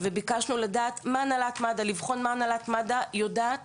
וביקשנו לדעת ולבחון מה הנהלת מד"א יודעת